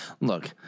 Look